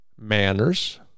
manners